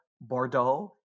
Bordeaux